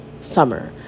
summer